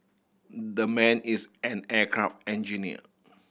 the man is an aircraft engineer